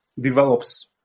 develops